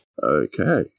Okay